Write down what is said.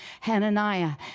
Hananiah